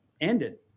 ended